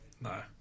No